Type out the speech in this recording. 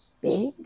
big